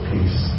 Peace